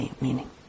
meaning